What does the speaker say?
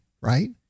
right